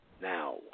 now